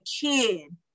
kid